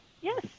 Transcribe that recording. Yes